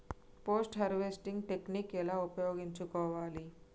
Post harvesting technique ఎలా ఉపయోగించుకోవాలి?